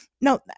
no